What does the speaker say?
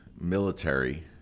military